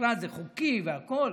זה חוקי והכול.